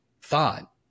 thought